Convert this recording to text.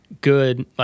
good